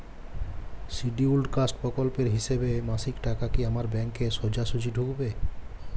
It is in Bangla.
শিডিউলড কাস্ট প্রকল্পের হিসেবে মাসিক টাকা কি আমার ব্যাংকে সোজাসুজি ঢুকবে?